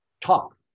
talk